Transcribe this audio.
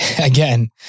Again